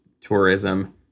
tourism